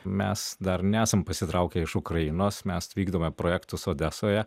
mes dar nesam pasitraukę iš ukrainos mes vykdome projektus odesoje